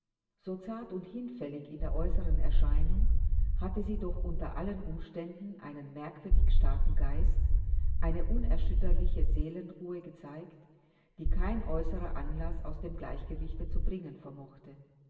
so zart und hinfällig in der äußeren erscheinung hatte sie doch unter allen umständen einen merkwürdig starken geist eine unerschütterliche seelenruhe gezeigt die kein äußerer anlaß aus dem gleichgewichte zu bringen vermochte